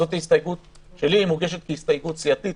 זאת הסתייגות שלי, היא מוגשת כהסתייגות סיעתית.